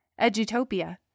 Edutopia